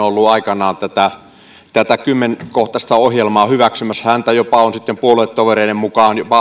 olleet aikoinaan tätä tätä kymmenkohtaista ohjelmaa hyväksymässä muun muassa juvonen jota on jopa puoluetovereiden mukaan